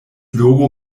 logo